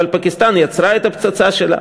אבל פקיסטן יצרה את הפצצה שלה